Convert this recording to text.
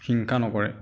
হিংসা নকৰে